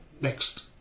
next